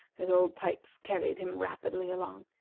as old pipes carried him rapidly along,